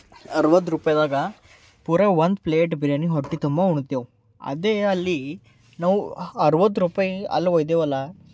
ಅರವತ್ತು ರೂಪಾಯಿದಾಗೆ ಪೂರಾ ಒಂದು ಪ್ಲೇಟ್ ಬಿರ್ಯಾನಿ ಹೊಟ್ಟೆ ತುಂಬಾ ಉಣ್ತೇವೆ ಅದೇ ಅಲ್ಲಿ ನಾವು ಹ ಅರವತ್ತು ರೂಪಾಯಿ ಅಲ್ಲಿ ಒಯ್ದೆವಲ್ಲ